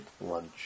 Lunch